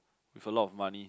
with a lot of money